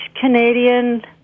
Canadian